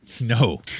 No